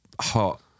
hot